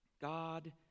God